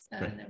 right